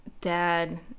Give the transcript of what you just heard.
dad